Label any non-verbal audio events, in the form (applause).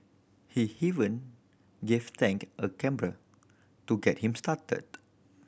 he even gave Tang a (unintelligible) to get him started